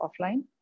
offline